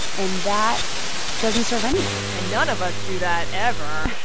and that doesn't serve anyone and none of us do that ever